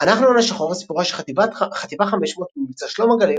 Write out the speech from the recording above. אנחנו על השחור סיפורה של חטיבה 500 במבצע שלום הגליל,